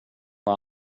var